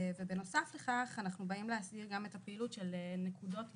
בנוסף לכך אנחנו באים להסדיר גם את הפעילות של נקודות איסוף,